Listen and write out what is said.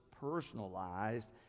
personalized